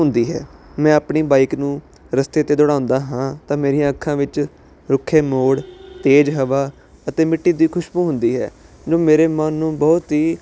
ਹੁੰਦੀ ਹੈ ਮੈਂ ਆਪਣੀ ਬਾਈਕ ਨੂੰ ਰਸਤੇ 'ਤੇ ਦੌੜਾਉਂਦਾ ਹਾਂ ਤਾਂ ਮੇਰੀਆਂ ਅੱਖਾਂ ਵਿੱਚ ਰੁੱਖੇ ਮੋੜ ਤੇਜ਼ ਹਵਾ ਅਤੇ ਮਿੱਟੀ ਦੀ ਖੁਸ਼ਬੂ ਹੁੰਦੀ ਹੈ ਜੋ ਮੇਰੇ ਮਨ ਨੂੰ ਬਹੁਤ ਹੀ